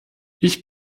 ich